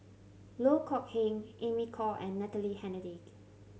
Loh Kok Heng Amy Khor and Natalie Hennedige